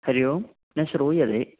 हरिः ओं न श्रूयते